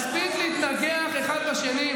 מספיק להתנגח אחד בשני.